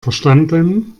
verstanden